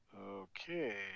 Okay